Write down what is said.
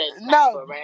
No